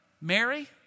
Mary